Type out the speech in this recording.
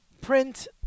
print